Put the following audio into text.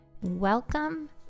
Welcome